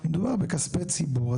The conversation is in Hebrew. מדובר בכספי ציבור,